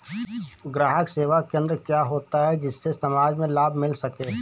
ग्राहक सेवा केंद्र क्या होता है जिससे समाज में लाभ मिल सके?